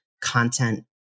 content